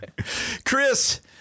Chris